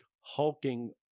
hulking